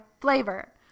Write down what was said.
flavor